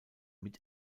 mit